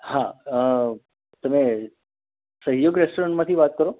હાં તમે સહયોગ રેસ્ટરન્ટમાંથી વાત કરો